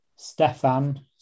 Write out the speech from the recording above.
Stefan